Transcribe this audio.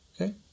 okay